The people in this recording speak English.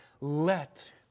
Let